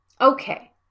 Okay